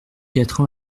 quatre